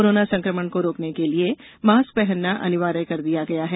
corona संक्रमण को रोकने के लिए मास्क पहनना अनिवार्य कर दिया गया है